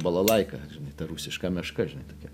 balalaika žinai ta rusiška meška žinai tokia